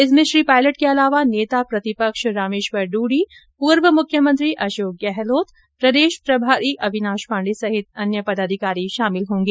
इसमें श्री पायलट के अलावा नेता प्रतिपक्ष रामेश्वर डूडी पूर्व मुख्यमंत्री अशोक गहलोत प्रदेश प्रभारी अविनाश पांडे सहित अन्य पदाधिकारी शामिल होंगे